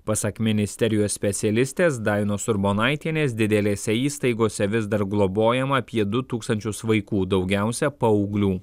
pasak ministerijos specialistės dainos urbonaitienės didelėse įstaigose vis dar globojama apie du tūkstančius vaikų daugiausia paauglių